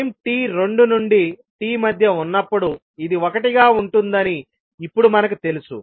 time t రెండు నుండి t మధ్య ఉన్నప్పుడు ఇది ఒకటిగా ఉంటుందని ఇప్పుడు మనకు తెలుసు